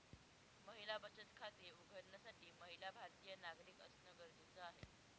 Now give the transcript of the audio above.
महिला बचत खाते उघडण्यासाठी महिला भारतीय नागरिक असणं गरजेच आहे